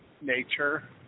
nature